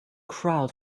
crowd